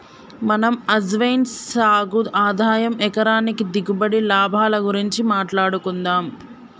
మనం అజ్వైన్ సాగు ఆదాయం ఎకరానికి దిగుబడి, లాభాల గురించి మాట్లాడుకుందం